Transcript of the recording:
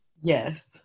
Yes